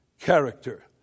character